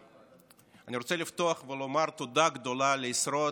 אני רוצה לפתוח ולומר תודה גדולה לעשרות